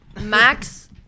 max